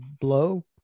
blow